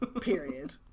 period